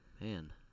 Man